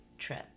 trip